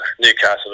Newcastle